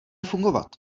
fungovat